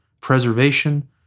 preservation